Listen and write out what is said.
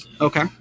Okay